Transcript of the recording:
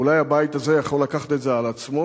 ואולי הבית הזה יכול לקחת את זה על עצמו.